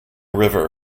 river